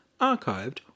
archived